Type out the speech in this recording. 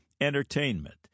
entertainment